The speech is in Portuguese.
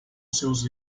seus